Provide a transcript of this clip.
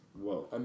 Whoa